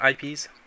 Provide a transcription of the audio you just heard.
IPs